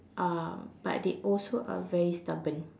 um but they also are very stubborn